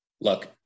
look